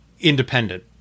Independent